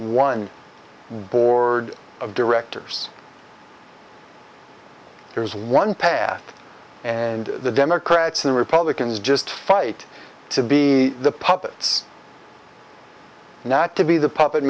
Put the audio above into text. one board of directors there is one path and the democrats and republicans just fight to be the puppets not to be the puppet